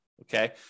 okay